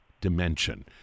dimension